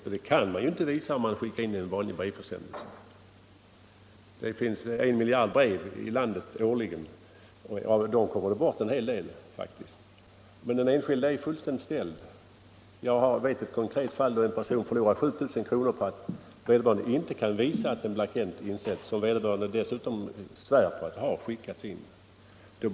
Och det kan man ju inte visa om man bara har skickat in sin anmälan som vanlig brevförsändelse. Det distribueras 1 miljard brevförsändelser årligen här i landet, och av dem kommer faktiskt en hel del bort. Och om en sådan här anmälan kommer bort är den enskilde helt ställd. Jag vet ett konkret fall där en person förlorade 7000 kronor därför att han inte kunde visa att inkomstanmälan blivit insänd. Vederbörande svär på att han har skickat in den.